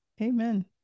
Amen